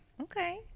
Okay